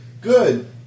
Good